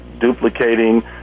duplicating